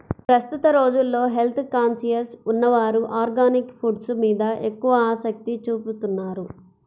ప్రస్తుత రోజుల్లో health conscious ఉన్నవారు ఆర్గానిక్ ఫుడ్స్ మీద ఎక్కువ ఆసక్తి చూపుతున్నారు